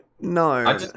No